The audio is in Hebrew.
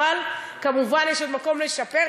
אבל כמובן יש עוד מקום לשפר.